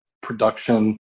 production